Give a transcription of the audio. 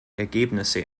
ergebnisse